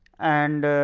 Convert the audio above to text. and